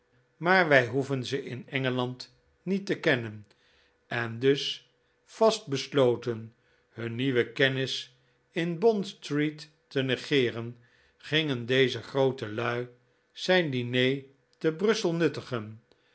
maar wij hoeven ze in engeland niet te kennen en dus vastbesloten hun nieuwen kennis in bondstreet te negeeren gingen deze groote lui zijn diner te brussel nuttigen